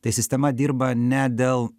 tai sistema dirba ne dėl